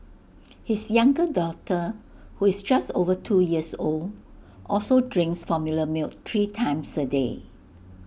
his younger daughter who is just over two years old also drinks formula milk three times A day